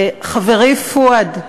חברי פואד,